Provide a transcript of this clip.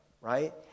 right